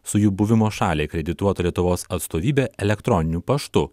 su jų buvimo šaliai akredituota lietuvos atstovybe elektroniniu paštu